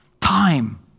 Time